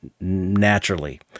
naturally